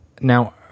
Now